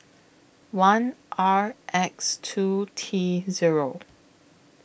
one R X two T Zero